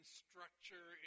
structure